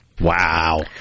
Wow